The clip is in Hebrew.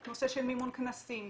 נושא של מימון כנסים,